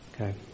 Okay